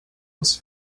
was